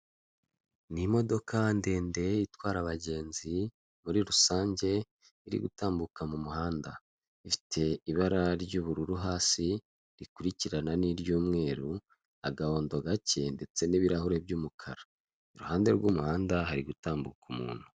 Iduka rinini ririmo ibijyanye n'ibyombo byinshi, harimo n'abantu abagurisha ibyo bintu, n'abandi baje kugura ibyo bintu birimwo muri iryo duka.